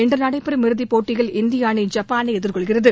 இன்று நடைபெறும் இறுதிப்போட்டியில் இந்திய அணி ஜப்பான் எதிர்கொள்கிறது